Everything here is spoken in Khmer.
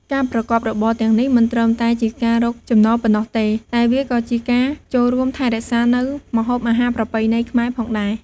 ការប្រកបរបរទាំងនេះមិនត្រឹមតែជាការរកចំណូលប៉ុណ្ណោះទេ តែវាក៏ជាការចូលរួមថែរក្សានូវម្ហូបអាហារប្រពៃណីខ្មែរផងដែរ។